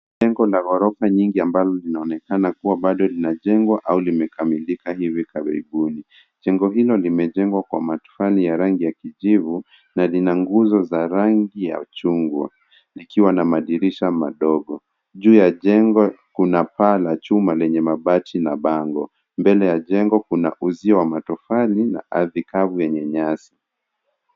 Jengo la ghorofa nyingi ambalo linaonekana kuwa bado linajengwa, au limekamilika hivi karibuni. Jengo hilo limejengwa kwa matofali ya rangi ya kijivu, na lina nguzo za rangi ya chungwa, likiwa na madirisha madogo. Juu ya jengo, kuna paa la chuma lenye mabati, na bango. Mbele ya jengo, kuna uzio wa matofali, na ardhi kavu yenye nyasi.